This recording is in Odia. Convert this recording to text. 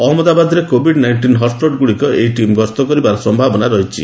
ଅହମ୍ମଦାବାଦର କୋଭିଡ୍ ନାଇଣ୍ଟିନ୍ ହଟ୍ସଟ୍ଗୁଡ଼ିକୁ ଏହି ଟିମ୍ ଗସ୍ତ କରିବାର ସମ୍ଭାବନା ଅଛି